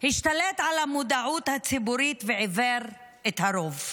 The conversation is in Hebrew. השתלט על המודעות הציבורית ועיוור את הרוב.